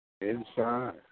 Inside